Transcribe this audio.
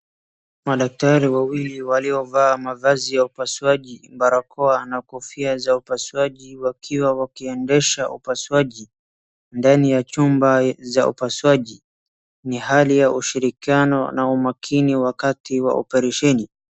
Madaktari wawili waliovaa mavazi ya upasuaji, barakoa na kofia za upasuaji wakiwa wakiendesha upasuaji ndani ya chumba cha upasuaji. Ni hali ya ushirikiano na umakini wakati wa oparesheni.